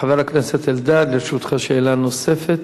חבר הכנסת אלדד, לרשותך שאלה נוספת.